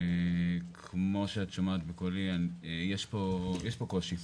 כמו שאת שומעת בקולי, יש פה קושי.